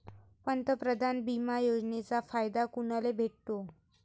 पंतप्रधान बिमा योजनेचा फायदा कुनाले भेटतो?